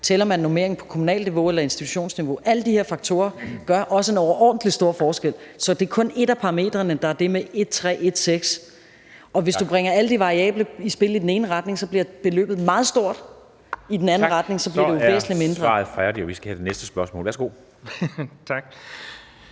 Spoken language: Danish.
Tæller man normering på kommunalt niveau eller institutionsniveau? Alle de her faktorer gør også en overordentlig stor forskel, så det er kun et af parametrene, der er det med en-tre-en-seks. Og hvis du bringe alle de variable i spil i den ene retning, bliver beløbet meget stort. I den anden retning bliver det jo væsentlig mindre. Kl. 14:25 Formanden (Henrik Dam Kristensen): Tak,